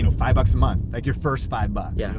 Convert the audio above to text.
you know five bucks a month. like your first five bucks. yeah